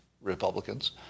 Republicans